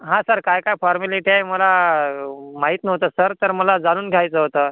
हा सर काय काय फॉरमॅलिटी आहे मला माहीत नव्हतं सर तर मला जाणून घ्यायचं होतं